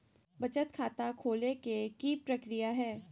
बचत खाता खोले के कि प्रक्रिया है?